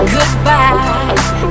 Goodbye